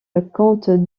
compte